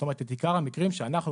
זאת אומרת את עיקר המקרים שאנחנו